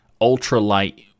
ultra-light